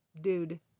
Dude